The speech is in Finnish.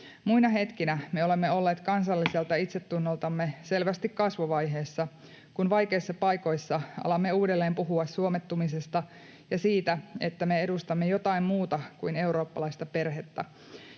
Muina hetkinä me olemme olleet kansalliselta itsetunnoltamme selvästi kasvuvaiheessa, kun vaikeissa paikoissa alamme uudelleen puhua suomettumisesta ja siitä, että me edustamme jotain muuta kuin eurooppalaista perhettä